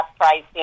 pricing